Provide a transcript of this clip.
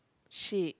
sheep